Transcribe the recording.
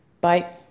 Bye